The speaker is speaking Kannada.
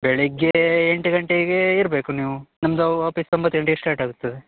ಬೆಳಗ್ಗೆ ಎಂಟು ಗಂಟೆಗೆ ಇರಬೇಕು ನೀವು ನಮ್ದು ಆಪೀಸ್ ಒಂಬತ್ತು ಗಂಟೆಗೆ ಸ್ಟಾರ್ಟ್ ಆಗುತ್ತದೆ